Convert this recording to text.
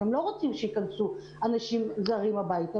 ולכן הם לא רוצים שייכנסו אנשים זרים הביתה.